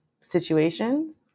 situations